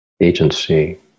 agency